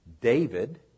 David